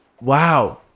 Wow